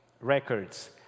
Records